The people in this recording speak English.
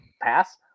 pass